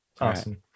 awesome